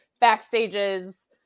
backstage's